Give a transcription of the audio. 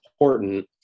important